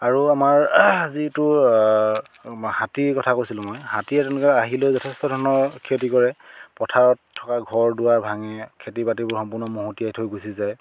আৰু আমাৰ যিটো হাতীৰ কথা কৈছিলোঁ মই হাতীয়ে তেনেকৈ আহি লৈ যথেষ্ট ধৰণৰ ক্ষতি কৰে পথাৰত থকা ঘৰ দুৱাৰ ভাঙে খেতি বাতিবোৰ সম্পূৰ্ণ মহতিয়াই থৈ গুচি যায়